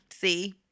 See